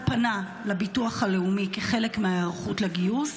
פנה לביטוח הלאומי כחלק מההיערכות לגיוס,